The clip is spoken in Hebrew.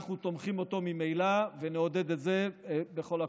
אנחנו תומכים בו ממילא ונעודד את זה בכל הכוח.